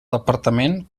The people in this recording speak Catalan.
departament